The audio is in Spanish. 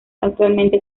actualmente